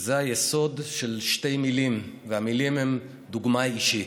שהוא היסוד של שתי מילים: דוגמה אישית.